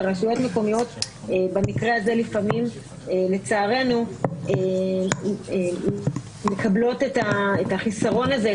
ורשויות מקומיות במקרה הזה לצערנו מקבלות את החיסרון הזה,